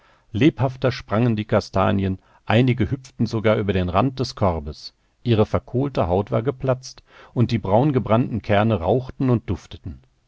lebhafter sprangen die kastanien einige hüpften sogar über den rand des korbes ihre verkohlte haut war geplatzt und die braungebrannten kerne rauchten und dufteten